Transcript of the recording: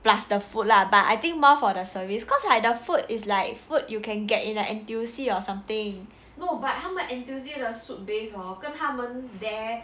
plus the food lah but I think more for their service cause like the food is like food you can get in like N_T_U_C or something